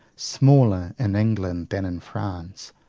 smaller in england than in france,